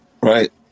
Right